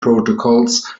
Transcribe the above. protocols